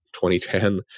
2010